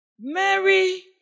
Mary